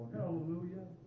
Hallelujah